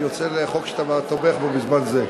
אני יוצא לחוק שאתה תומך בו בזמן זה.